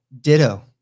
Ditto